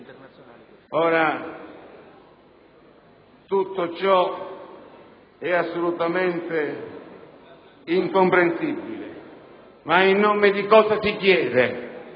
Ora, tutto ciò è assolutamente incomprensibile. In nome di cosa si chiede